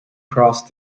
cross